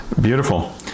Beautiful